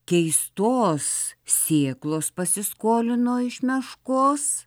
keistos sėklos pasiskolino iš meškos